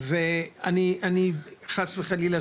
ואני חס וחלילה,